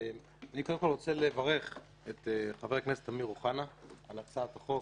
אני קודם כל רוצה לברך את חבר הכנסת אמיר אוחנה על הצעת החוק,